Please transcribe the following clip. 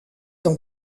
dans